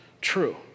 true